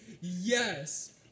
Yes